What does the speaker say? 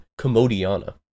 Commodiana